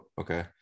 okay